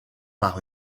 par